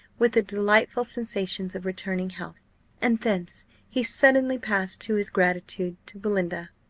with the delightful sensations of returning health and thence he suddenly passed to his gratitude to belinda,